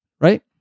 right